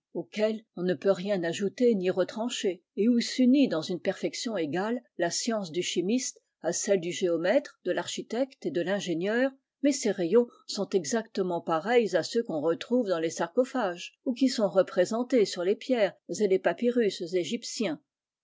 auxquels le peut rien ajouter ni retrancher et oîi lit dans une perfection égale la science du îste à celle du géomètre de l'architecte et de ringénieur mais ces rayons sont exacieinent pareils à ceux qu'on retrouve dans les sarcophages ou qui son représentés sur lej pierres et les papyrus égyptiens